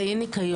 זה אי ניקיון.